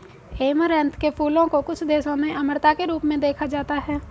amaranth के फूलों को कुछ देशों में अमरता के रूप में देखा जाता है